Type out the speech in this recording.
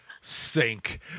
sink